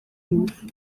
ingufu